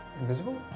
invisible